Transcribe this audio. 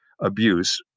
abuse